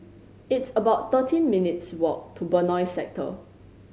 it's about thirteen minutes' walk to Benoi Sector